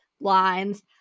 lines